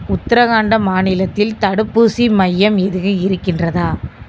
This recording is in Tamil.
உத்தரகாண்டம் மாநிலத்தில் தடுப்பூசி மையம் எதுவும் இருக்கின்றதா